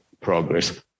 progress